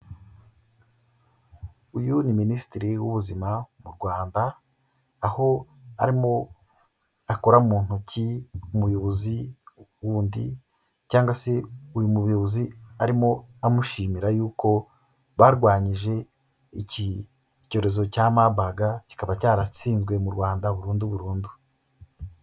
Uyu ni Minisitiri w'Ubuzima mu Rwanda, aho arimo akora mu ntoki umuyobozi wundi cyanga se uyu muyobozi arimo amushimira y'uko barwanyije iki cyorezo cya Marburg, kikaba cyaratsinzwe mu Rwanda burundu burundu.